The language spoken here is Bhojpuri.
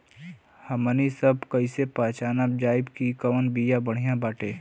हमनी सभ कईसे पहचानब जाइब की कवन बिया बढ़ियां बाटे?